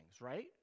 right